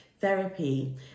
therapy